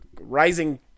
rising